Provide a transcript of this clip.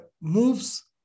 moves